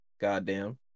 goddamn